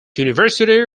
university